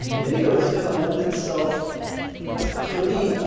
video is gonna lend itself pretty